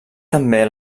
també